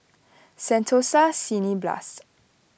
Sentosa Cineblast